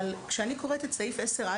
אבל אני רוצה להציע: כשאני קוראת את סעיף 10א,